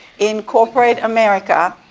in corporate america,